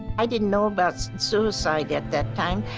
i didn't know about suicide at that time,